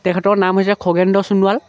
তেখেতৰ নাম হৈছে খগেন্দ্ৰ সোণোৱাল